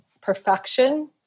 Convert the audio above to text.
perfection